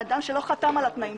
מלבד האדם שלא חתם על התנאים.